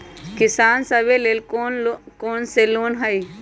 किसान सवे लेल कौन कौन से लोने हई?